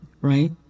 right